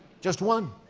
just one,